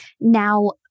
Now